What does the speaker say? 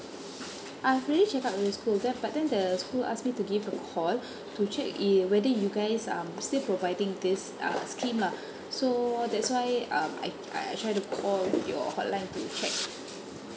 I've already check up with the school then but then the school ask me to give a call to check if whether you guys um still providing this uh scheme lah so that's why um I I try to call your hotline to check